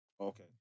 Okay